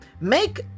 make